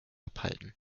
abhalten